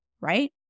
right